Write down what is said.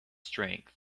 strength